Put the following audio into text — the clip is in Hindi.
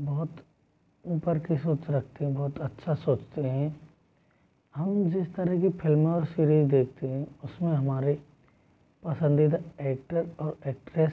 बहुत ऊपर की सोच रखते हैं बहुत अच्छा सोचते हैं हम जिस तरह की फ़िल्म और सीरीज़ देखते हैं उसमें हमारे पसंदीदा एक्टर और एक्ट्रेस